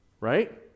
right